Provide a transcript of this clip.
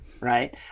right